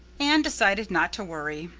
anne decided not to worry.